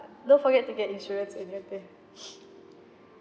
don't forget to get insurance when you're there